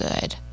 good